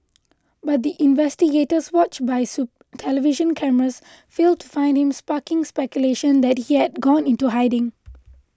but the investigators watched by television cameras failed to find him sparking speculation that he had gone into hiding